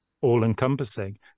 all-encompassing